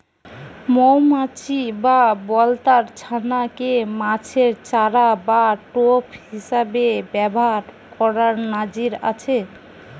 মউমাছি বা বলতার ছানা কে মাছের চারা বা টোপ হিসাবে ব্যাভার কোরার নজির আছে